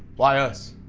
why us?